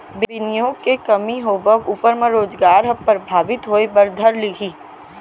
बिनियोग के कमी होवब ऊपर म रोजगार ह परभाबित होय बर धर लिही